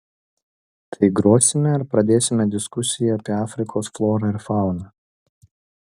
tai grosime ar pradėsime diskusiją apie afrikos florą ir fauną